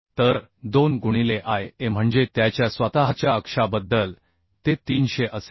तर 2 गुणिले Ia म्हणजे त्याच्या स्वतःच्या अक्षाबद्दल ते 300 असेल